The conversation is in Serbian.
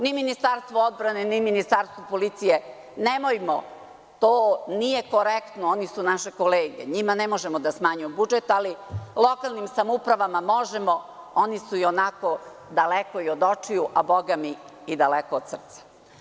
Ni Ministarstvo odbrane, ni Ministarstvo policije, nemojmo, to nije korektno, oni su naše kolege, njima ne možemo da smanjujemo budžet, ali lokalnim samoupravama možemo, oni su i onako daleko i od očiju, a bogami i daleko od srca.